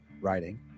writing